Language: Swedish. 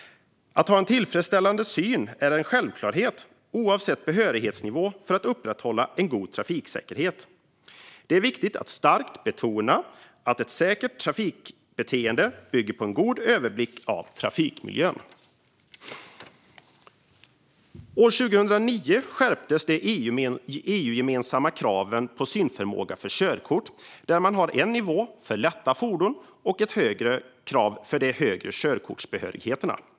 Att ha tillfredsställande syn, oavsett behörighetsnivå, är en självklarhet för att upprätthålla god trafiksäkerhet. Det är viktigt att starkt betona att ett säkert trafikbeteende bygger på god överblick över trafikmiljön. År 2009 skärptes de EU-gemensamma kraven på synförmåga för körkort, som nu har en nivå för lätta fordon och en högre för de högre körkortsbehörigheterna.